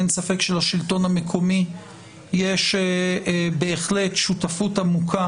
אין ספק שלשלטון המקומי יש בהחלט שותפות עמוקה